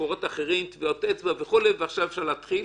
ממקורות אחרים טביעות אצבע ועכשיו אפשר להתחיל,